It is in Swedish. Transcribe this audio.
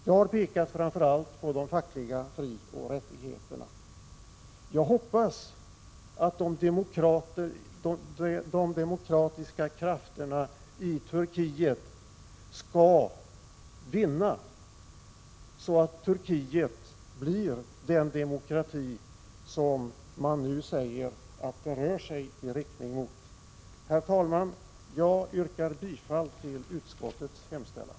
Jag har här framför allt pekat på de fackliga frioch rättigheterna. Jag hoppas att de demokratiska krafterna i Turkiet skall vinna, så att Turkiet blir den demokrati som man nu säger att utvecklingen rör sig i riktning mot. Herr talman! Jag yrkar bifall till utskottets hemställan.